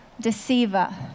deceiver